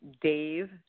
Dave